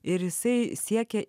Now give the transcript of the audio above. ir jisai siekia